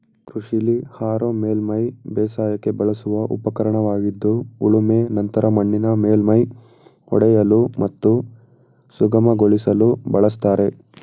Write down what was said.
ಕೃಷಿಲಿ ಹಾರೋ ಮೇಲ್ಮೈ ಬೇಸಾಯಕ್ಕೆ ಬಳಸುವ ಉಪಕರಣವಾಗಿದ್ದು ಉಳುಮೆ ನಂತರ ಮಣ್ಣಿನ ಮೇಲ್ಮೈ ಒಡೆಯಲು ಮತ್ತು ಸುಗಮಗೊಳಿಸಲು ಬಳಸ್ತಾರೆ